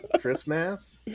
Christmas